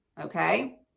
okay